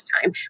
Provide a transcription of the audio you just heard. time